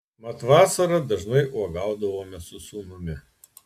mat vasarą dažnai uogaudavome su sūnumi